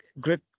great